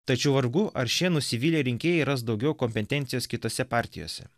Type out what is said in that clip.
tačiau vargu ar šie nusivylę rinkėjai ras daugiau kompetencijos kitose partijose